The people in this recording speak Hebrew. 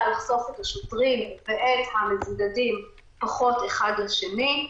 לחשוף את השוטרים ואת המבודדים פחות אחד לשני,